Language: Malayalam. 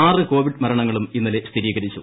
ആറ് കോവിഡ് മരണങ്ങളും ഇന്നലെ സ്ഥിരീകരിച്ചു